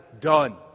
done